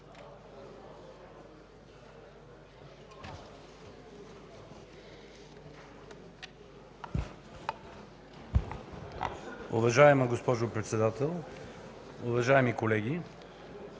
Уважаеми господин Председател, уважаеми колеги,